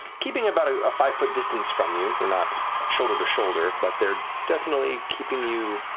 keeping about a ah five-foot distance from you, they're not shoulder to shoulder, but they're definitely keeping you.